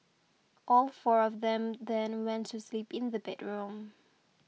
all four of them then went to sleep in the bedroom